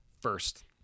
First